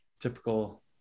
typical